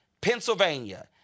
Pennsylvania